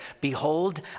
behold